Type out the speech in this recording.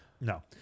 No